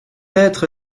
être